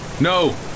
No